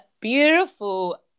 beautiful